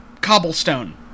cobblestone